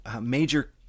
major